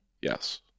Yes